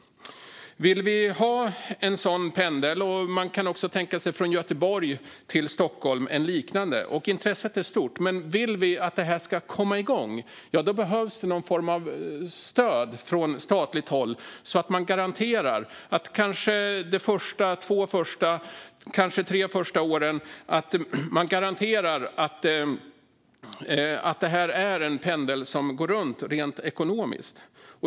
Vill vi ha en sådan pendel? Man kan också tänka sig en liknande från Göteborg till Stockholm. Intresset är stort. Men om vi vill att detta ska komma igång behövs någon form av statligt stöd. Man skulle det första året eller de två tre första åren kunna garantera att det här är en pendel som går runt rent ekonomiskt.